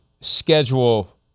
schedule